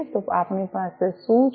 તો આપણી પાસે શું છે